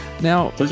Now